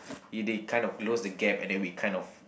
they kind of close the gap and then we kind of